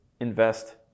invest